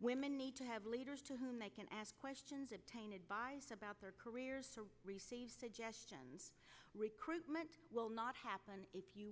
women need to have leaders to whom they can ask questions of painted by about their careers suggestions recruitment will not happen if you